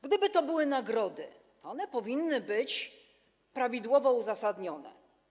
Gdyby to były nagrody, to powinny być prawidłowo uzasadnione.